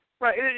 Right